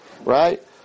Right